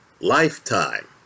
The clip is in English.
lifetime